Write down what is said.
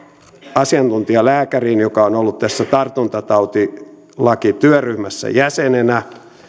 asiantuntijalääkäriin joka on ollut tässä tartuntatautilakityöryhmässä jäsenenä